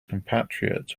compatriot